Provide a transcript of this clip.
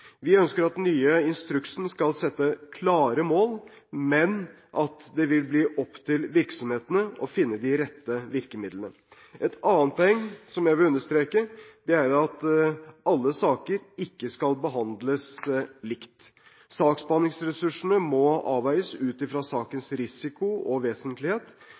Vi ønsker at den nye instruksen skal sette klare mål, men at det vil bli opp til virksomhetene å finne de rette virkemidlene. Et annet poeng som jeg vil understreke, er at ikke alle saker skal behandles likt. Saksbehandlingsressursene må avveies ut ifra sakens risiko og vesentlighet,